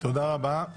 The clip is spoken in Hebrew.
תודה רבה.